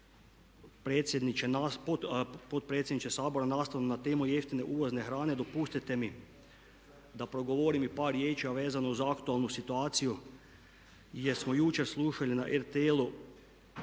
potpredsjedniče Sabora nastavno na temu jeftine uvozne hrane dopustite mi da progovorim i par riječi, a vezano uz aktualnu situaciju jer smo jučer slušali na RTL-u